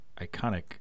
iconic